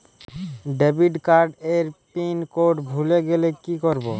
Debit card এর pin code ভুলে গেলে কি করব?